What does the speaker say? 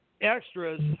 extras